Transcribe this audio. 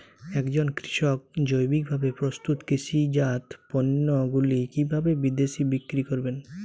একজন কৃষক জৈবিকভাবে প্রস্তুত কৃষিজাত পণ্যগুলি কিভাবে বিদেশে বিক্রি করবেন?